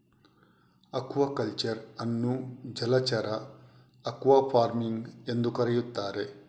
aquaculture ಅನ್ನು ಜಲಚರ aquafarming ಎಂದೂ ಕರೆಯುತ್ತಾರೆ